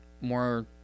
more